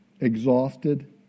exhausted